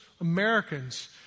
Americans